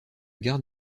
gare